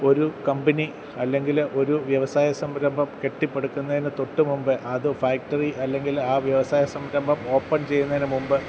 ഒരു കമ്പനി അല്ലെങ്കിൽ ഒരു വ്യവസായ സംരംഭം കെട്ടിപ്പെടുക്കുന്നതിന് തൊട്ടുമുമ്പ് അത് ഫാക്ടറി അല്ലെങ്കിൽ ആ വ്യവസായസംരംഭം ഓപ്പൺ ചെയ്യുന്നതിനു മുമ്പ്